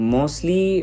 Mostly